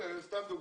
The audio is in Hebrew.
סתם לדוגמה,